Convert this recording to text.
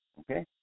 Okay